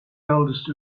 eldest